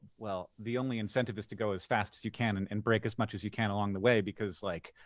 well, the only incentive is to go as fast as you can and and break as much as you can along the way because, like,